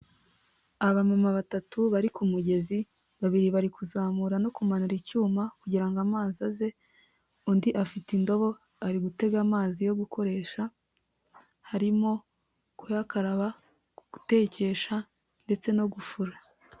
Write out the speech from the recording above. Aba mamama batatu bari ku mugezi, babiri bari kuzamura no kumanura icyuma kugira ngo ngo amazi aze, undi afite indobo ari gutega amazi yo gukoresha, harimo kuyakaraba, gutekesha ndetse no gufura.